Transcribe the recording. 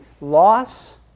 loss